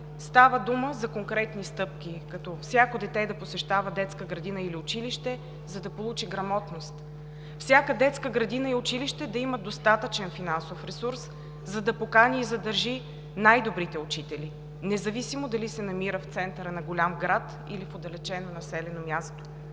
Става дума за конкретни стъпки, като: - всяко дете да посещава детска градина или училище, за да получи грамотност; - всяка детска градина и училище да имат достатъчен финансов ресурс, за да покани и задържи най-добрите учители, независимо дали се намира в центъра на голям град, или в отдалечено населено място;